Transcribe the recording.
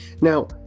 Now